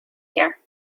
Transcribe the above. here